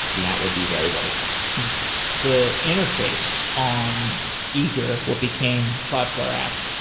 and that would be very, very cool the interface on eager, what became cloudflare apps,